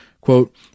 Quote